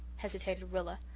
hesitated rilla.